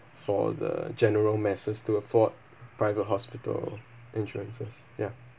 for the general masses to afford private hospital insurances ya